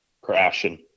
crashing